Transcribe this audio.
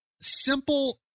simple